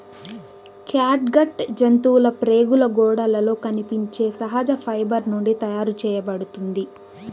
catgut జంతువుల ప్రేగుల గోడలలో కనిపించే సహజ ఫైబర్ నుండి తయారు చేయబడుతుంది